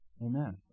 amen